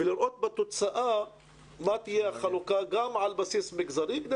ולראות בתוצאה מה תהיה החלוקה גם על בסיס מגזרי כדי